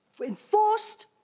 enforced